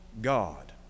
God